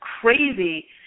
crazy